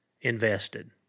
invested